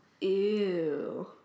Ew